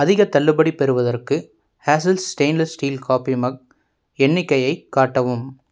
அதிகத் தள்ளுபடி பெறுவதற்கு hazel stainless steel coffee mug எண்ணிக்கையை கூட்டவும்